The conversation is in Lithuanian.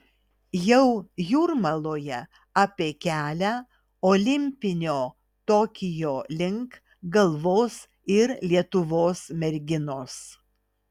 jau jūrmaloje apie kelią olimpinio tokijo link galvos ir lietuvos merginos